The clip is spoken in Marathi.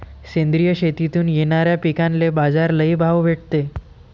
सेंद्रिय शेतीतून येनाऱ्या पिकांले बाजार लई भाव भेटते